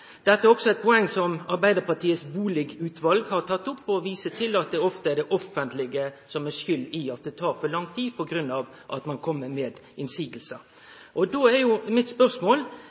Dette er også eit poeng som Arbeidarpartiets bustadutval har teke opp. Dei viser til at ofte er det det offentlege som er skuld i at det tek for lang tid, på grunn av at ein kjem med innseiingar. Då er mitt spørsmål: